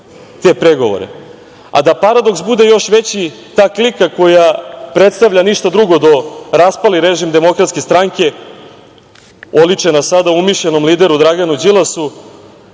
te pregovore. Da paradoks bude još veći, ta klika koja predstavlja ništa drugo do raspali režim DS, oličena sada umišljenom lideru Draganu Đilasu,